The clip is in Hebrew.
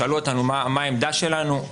שאלו אותנו מה העמדה שלנו,